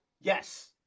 Yes